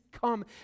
come